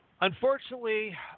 Unfortunately